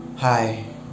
Hi